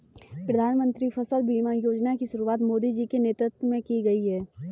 प्रधानमंत्री फसल बीमा योजना की शुरुआत मोदी जी के नेतृत्व में की गई है